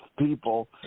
people